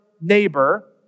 neighbor